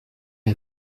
est